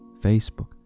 Facebook